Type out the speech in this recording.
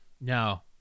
No